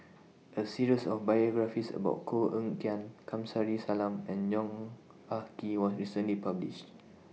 A series of biographies about Koh Eng Kian Kamsari Salam and Yong Ah Kee was recently published